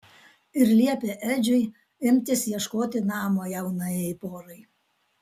ir liepė edžiui imtis ieškoti namo jaunajai porai